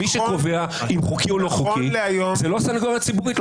מי שקובע אם חוקי או לא חוקי זה לא הסניגוריה הציבורית,